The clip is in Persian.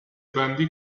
بندی